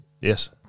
Yes